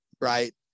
right